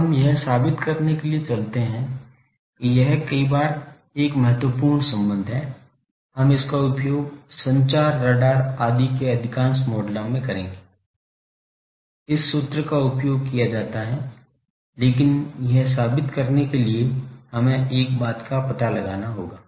अब हम यह साबित करने के लिए चलते हैं कि यह कई बार एक महत्वपूर्ण संबंध है हम इसका उपयोग संचार राडार आदि के अधिकांश मॉडलों में करेंगे इस सूत्र का उपयोग किया जाता है लेकिन यह साबित करने के लिए हमें एक बात का पता लगाना होगा